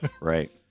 right